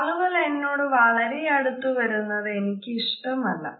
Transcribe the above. ആളുകൾ എന്നോട് വളരെ അടുത്ത് വരുന്നത് എനിക്കിഷ്ടമല്ല